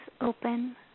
open